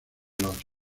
los